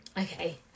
okay